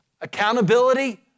accountability